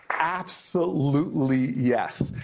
absolutely yes.